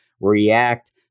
react